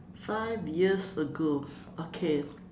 five years ago okay